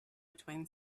between